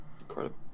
Incredible